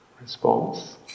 response